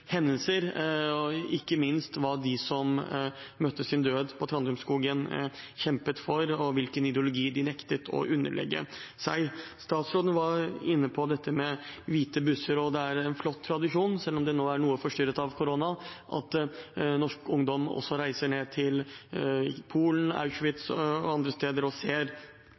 hendelser, ikke minst hva de som møtte sin død på Trandumskogen, kjempet for, og hvilken ideologi de nektet å underlegge seg. Statsråden var inne på Hvite Busser. Det er en flott tradisjon, selv om den er noe forstyrret av korona, at norsk ungdom reiser ned til Polen, Auschwitz og andre steder og